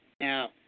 Now